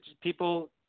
people